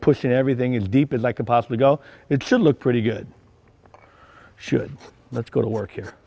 pushing everything is deep as i could possibly go it should look pretty good should let's go to work here